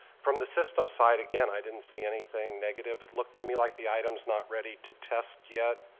from the system side again, i didn't see anything negative. it looked to me like the item is not ready to test yet.